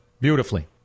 Beautifully